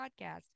Podcast